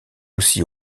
aussi